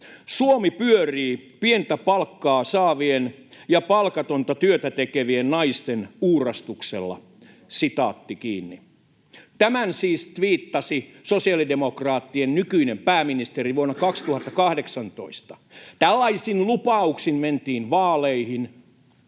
Suomi pyörii pientä palkkaa saavien ja palkatonta työtä tekevien naisten uurastuksella.” Tämän siis tviittasi sosiaalidemokraattien nykyinen pääministeri vuonna 2018. Tällaisin lupauksin mentiin vaaleihin.